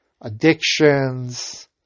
addictions